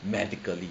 medically